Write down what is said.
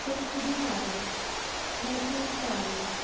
silk जी साड़ियूं मैसूर साड़ी